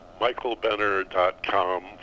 michaelbenner.com